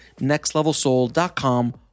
nextlevelsoul.com